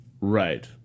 Right